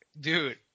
dude